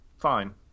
fine